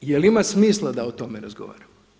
Je li ima smisla da o tome razgovaramo?